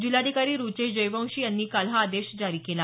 जिल्हाधिकारी रुचेश जयवंशी यांनी काल हा आदेश जारी केला